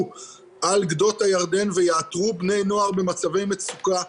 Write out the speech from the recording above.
על גדות הירדן ויאתרו בני נוער במצבי מצוקה.